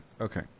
Okay